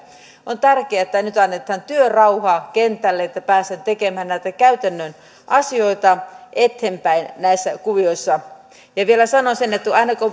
on tärkeää että nyt annetaan työrauha kentälle että päästään tekemään näitä käytännön asioita eteenpäin näissä kuvioissa vielä sanon sen että aina kun